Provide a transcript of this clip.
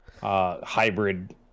hybrid